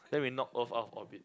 then we knock earth out of orbit